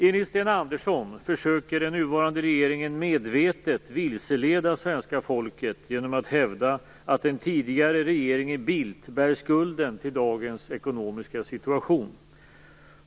Enligt Sten Andersson försöker den nuvarande regeringen medvetet vilseleda svenska folket genom att hävda att den tidigare regeringen Bildt bär skulden till dagens ekonomiska situation.